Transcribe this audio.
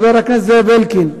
חבר הכנסת זאב אלקין,